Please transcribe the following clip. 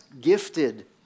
gifted